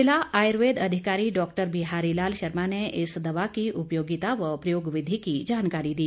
जिला आयुर्वेद अधिकारी डॉक्टर बिहारी लाल शर्मा ने इस दवा की उपयोगिता व प्रयोग विधि की जानकारी दी